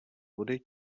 vody